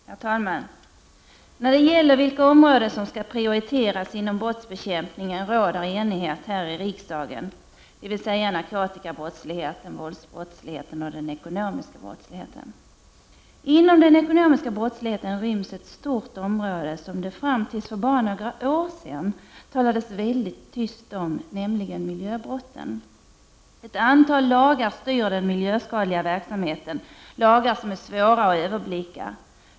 Herr talman! När det gäller vilka områden som skall prioriteras inom brottsbekämpningen råder enighet här i riksdagen — det är narkotikabrottsligheten, våldsbrottsligheten och den ekonomiska brottsligheten. Inom den ekonomiska brottsligheten ryms ett stort område som det fram till för bara några år sedan talades väldigt tyst om, nämligen miljöbrotten. Ett antal lagar styr den miljöskadliga verksamheten, lagar som är svåra att överblicka.